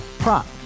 Prop